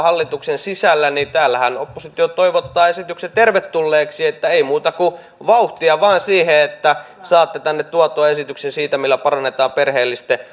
hallituksen sisällä niin täällähän oppositio toivottaa esityksen tervetulleeksi että ei muuta kuin vauhtia vain siihen että saatte tänne tuotua esityksen siitä millä parannetaan perheellisten